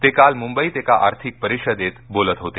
ते काल मुंबईत एका आर्थिक परिषदेत बोलत होते